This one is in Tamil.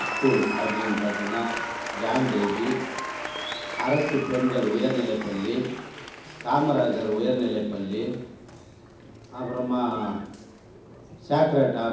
இஸ்கூல் அப்படின்னு பார்த்திங்ன்னா ஜான் டெவி அரசு பெண்கள் உயர் நிலைப்பள்ளி காமராஜர் உயர்நிலைப் பள்ளி அப்பறமாக சேக்ரட் ஹார்ட்